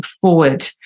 forward